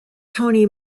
tony